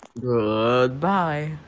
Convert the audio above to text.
Goodbye